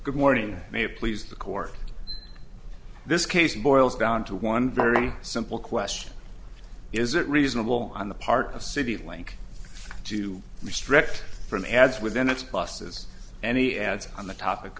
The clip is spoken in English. good morning may please the court this case boils down to one very simple question is it reasonable on the part of city link to misdirect from ads within its buses any ads on the topic